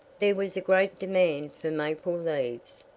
there was a great demand for maple leaves,